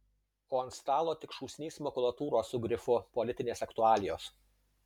o ant stalo tik šūsnys makulatūros su grifu politinės aktualijos